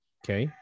okay